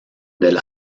del